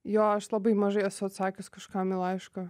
jo aš labai mažai esu atsakius kažkam į laišką